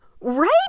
Right